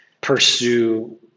pursue